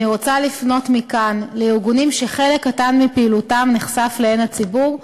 אני רוצה לפנות מכאן לארגונים שחלק קטן מפעילותם נחשף לעין הציבור,